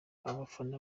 abafana